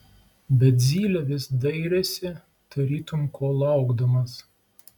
bet zylė vis dairėsi tarytum ko laukdamas